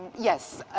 yes.